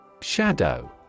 Shadow